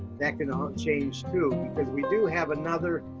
that can all change too. because we do have another,